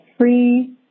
free